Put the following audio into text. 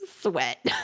Sweat